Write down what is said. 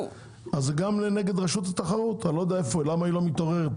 זה גם לנגד רשות התחרות; אני לא יודע למה היא לא מתעוררת פה.